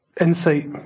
insight